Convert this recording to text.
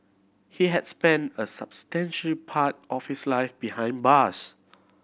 he had spent a substantial part of his life behind bars